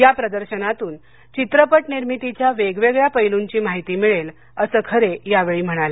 या प्रदर्शातून चित्रपट निर्मितीच्या वेगवेगळ्या पैलूंची माहिती मिळेल असं खरे यावेळी म्हणाले